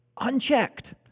unchecked